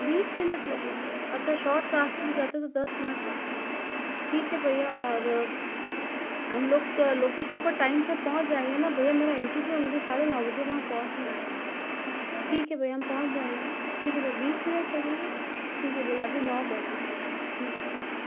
बीस मिनट लगेंगे अच्छा शॉर्ट रास्ते से जाते तो दस मिनट लगतें ठीक है भैया और हम लोग का लोकेशन पर टाइम से पहुँच जाएंगे न भैया मेरा इंटरव्यू है मुझे साढ़े नौ बजे वहाँ पहुँचना है ठीक है भैया हम पहुँच जाएंगे न ठीक है भैया बीस मिनट लगेंगे ठीक है भैया अभी नौ बजे हैं ठीक है